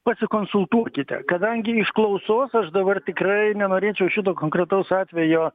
pasikonsultuokite kadangi iš klausos aš dabar tikrai nenorėčiau šito konkretaus atvejo